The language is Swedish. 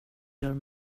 gör